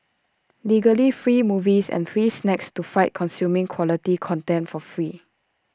legally free movies and free snacks to fight consuming quality content for free